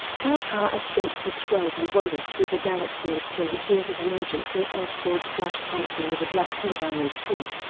tel-kar escapes the skrulls and wanders through the galaxy and until he hears of an agent from earth called flash thompson with a black symbiote suit.